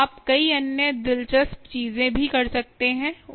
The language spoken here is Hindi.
आप कई अन्य दिलचस्प चीजें भी कर सकते हैं